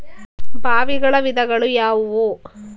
ಬಾವಿಗಳ ವಿಧಗಳು ಯಾವುವು?